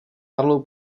marlou